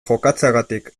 jokatzeagatik